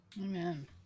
Amen